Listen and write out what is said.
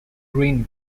green